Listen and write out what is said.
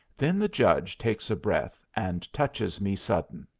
then the judge takes a breath and touches me sudden.